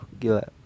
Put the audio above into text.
gila